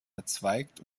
verzweigt